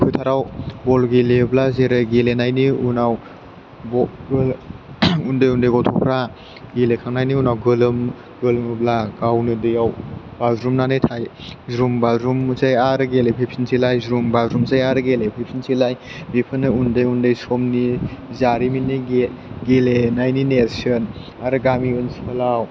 फोथाराव बल गेलेयोब्ला जेरै गेलेनायनि उनाव ब बल उन्दै उन्दै गथ'फ्रा गेलेखांनायनि उनाव गोलोम गोलोमोब्ला गावनो दैयाव बाज्रुमनानै थायो ज्रुम बाज्रुमसै आरो गेलेफैफिनसैलाय ज्रुम बाज्रुमसै आरो गेलेफैफिनसैलाय बेफोरनो उन्दै उन्दै समनि जारिमिननि गेलेनायनि नेर्सोन आरो गामि ओनसोलाव